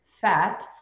fat